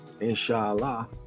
inshallah